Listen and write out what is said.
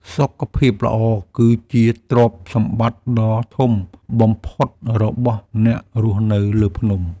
សុខភាពល្អគឺជាទ្រព្យសម្បត្តិដ៏ធំបំផុតរបស់អ្នករស់នៅលើភ្នំ។